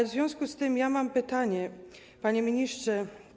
W związku z tym mam pytanie, panie ministrze.